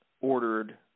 ordered